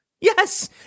Yes